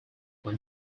when